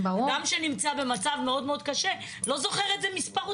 אדם שנמצא במצב מאוד מאוד קשה לא זוכר איזה מספר הוא